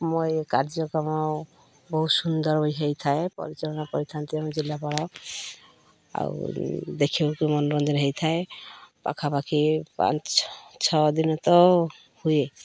ମୋର ଏ କାର୍ଯ୍ୟକ୍ରମ ବହୁତ ସୁନ୍ଦର ବି ହୋଇଥାଏ ପରିଚାଳନା କରିଥାନ୍ତି ଆମ ଜିଲ୍ଲାପାଳ ଆଉ ଦେଖିବାକୁ ମନୋରଞ୍ଜନ ହୋଇଥାଏ ପାଖାପାଖି ପାଞ୍ଚ ଛଅ ଦିନ ତ ହୁଏ